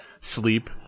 sleep